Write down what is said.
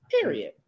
Period